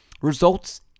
Results